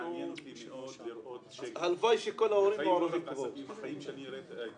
מעניין אותי לראות --- שאני אראה את